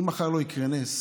אם מחר לא יקרה נס,